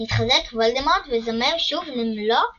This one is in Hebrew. מתחזק וולדמורט וזומם לשוב למלוא כוחותיו.